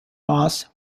moss